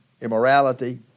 immorality